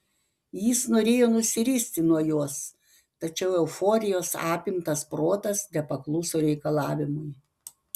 jis norėjo nusiristi nuo jos tačiau euforijos apimtas protas nepakluso reikalavimui